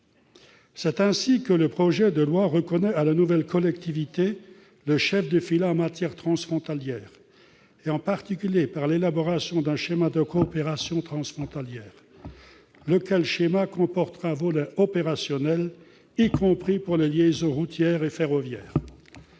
Ainsi, le projet de loi reconnaît à la nouvelle collectivité un rôle de chef de file en matière transfrontalière, en particulier l'élaboration d'un schéma de coopération transfrontalière, lequel schéma comportera un volet opérationnel, y compris pour les liaisons routières et ferroviaires.